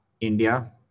India